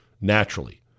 naturally